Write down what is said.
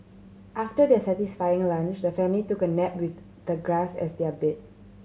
after their satisfying lunch the family took a nap with the grass as their bed